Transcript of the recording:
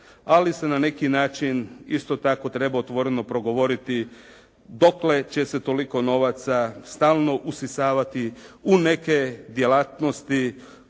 ali se na neki način isto tako treba otvoreno progovoriti dokle će se toliko novaca stalno usisavati u neke djelatnosti